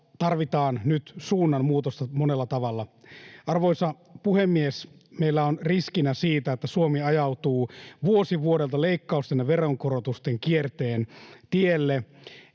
tarvitaan nyt suunnanmuutosta monella tavalla. Arvoisa puhemies! Meillä on riskinä se, että Suomi ajautuu vuosi vuodelta leikkausten ja veronkorotusten kierteen tielle